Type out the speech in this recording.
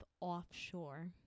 Offshore